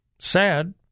Sad